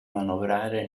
manovrare